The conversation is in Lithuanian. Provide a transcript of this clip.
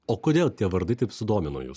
o kodėl tie vardai taip sudomino jus